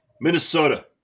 Minnesota